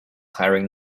hiring